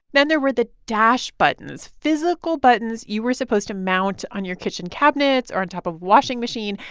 then there were the dash buttons, physical buttons you were supposed to mount on your kitchen cabinets or on top of washing machine,